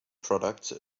products